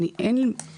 אני רוצה רק לומר,